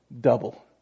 double